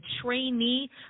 trainee